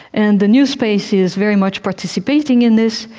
and the new space is very much participating in this.